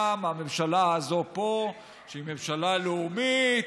גם הממשלה הזאת פה, שהיא ממשלה לאומית,